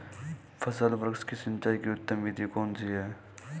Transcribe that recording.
फल वृक्ष की सिंचाई की उत्तम विधि कौन सी है?